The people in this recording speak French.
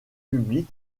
public